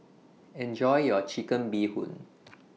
Enjoy your Chicken Bee Hoon